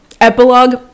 Epilogue